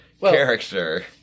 character